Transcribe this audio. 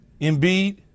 Embiid